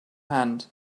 hand